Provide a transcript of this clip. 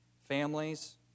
families